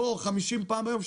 לא 50 פעם ביום,